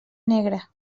negre